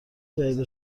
جدید